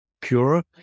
pure